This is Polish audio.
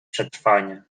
przetrwanie